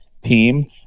team